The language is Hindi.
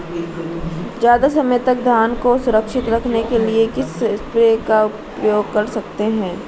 ज़्यादा समय तक धान को सुरक्षित रखने के लिए किस स्प्रे का प्रयोग कर सकते हैं?